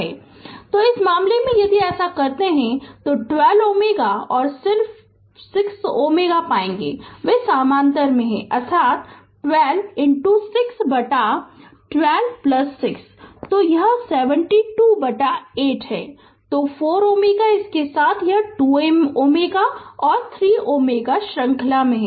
Refer Slide Time 1109 तो इस मामले में यदि ऐसा करते हैं तो 12 Ω और 6 Ω पाएंगे वे समानांतर में हैं अर्थात 12 6 बटा 126 तो यह 72 बटा 8 है तो 4 Ω इसके साथ यह 2 Ω और 3 Ω श्रृंखला में हैं